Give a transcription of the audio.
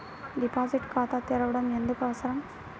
Deposit ఖాతా తెరవడం ఎందుకు అవసరం?